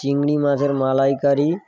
চিংড়ি মাছের মালাইকারি